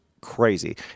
crazy